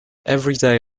everyday